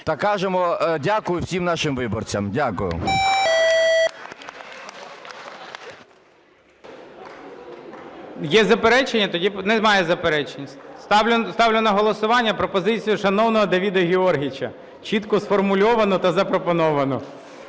та кажемо "дякую" всім нашим виборцям. Дякую. ГОЛОВУЮЧИЙ. Є заперечення? Немає заперечень. Ставлю на голосування пропозицію шановного Давида Георгійовича, чітко сформульовану та запропоновану.